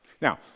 Now